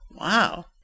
Wow